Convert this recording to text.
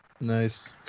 Nice